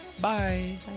Bye